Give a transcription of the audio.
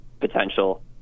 potential